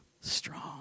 strong